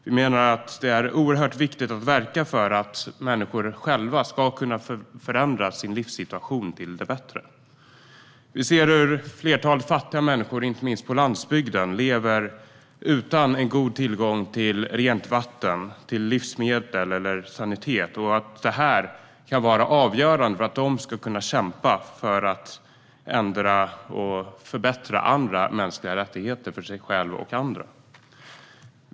Vi menar att det är oerhört viktigt att verka för att människor själva ska kunna förändra sin livssituation till det bättre. Vi ser hur flertalet fattiga människor inte minst på landsbygden lever utan en god tillgång till rent vatten, livsmedel och sanitet, och detta kan vara avgörande för att de ska kunna kämpa för att ändra och förbättra andra mänskliga rättigheter för sig själva och andra.